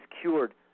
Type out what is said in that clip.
cured